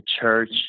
church